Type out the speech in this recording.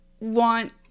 want